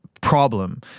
problem